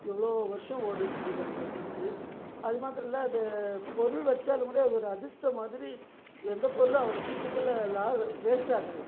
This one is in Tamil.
இவ்வளோ வருஷம் ஒட்டிக்கிட்டு இருக்குது அந்த ஃப்ரிட்ஜி அது மாத்திரம் இல்லை அது பொருள் வச்சாலும் கூட ஒரு அதிர்ஷ்டம் மாதிரி எந்த பொருளும் அவ்வளோ சிக்கிரத்தில் வேஸ்ட்டாகாது